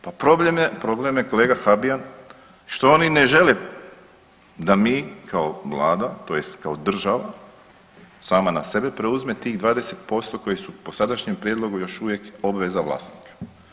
Pa problem je kolega Habijan što oni ne žele da mi kao Vlada, tj. kao država sama na sebe preuzme tih 20% koji su po sadašnjem prijedlogu još uvijek obveza vlasnika.